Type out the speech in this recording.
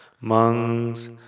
monks